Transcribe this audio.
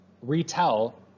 retell